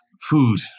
food